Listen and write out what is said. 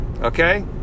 Okay